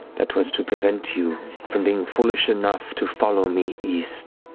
that was to prevent you from being foolish enough to follow me east.